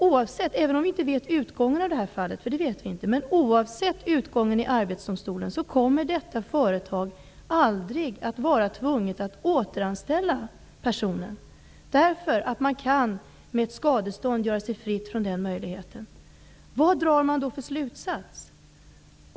Oavsett utgången av fallet i Arbetsdomstolen kommer detta företag aldrig att vara tvunget att återanställa personen, därför att man med ett skadestånd kan göra sig fri från den möjligheten. Vad drar man då för slutsats?